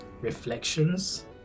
reflections